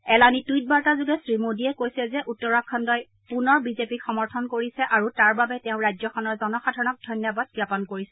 এলানি টুইট বাৰ্তাযোগে শ্ৰী মোদীয়ে কৈছে যে টত্তৰাখণ্ডই পুনৰ বিজেপিক সমৰ্থন কৰিছে আৰু তাৰ বাবে তেওঁ ৰাজ্যখনৰ জনসাধাৰণক ধন্যবাদ জ্ঞাপন কৰিছে